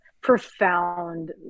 profound